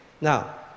Now